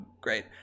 great